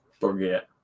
forget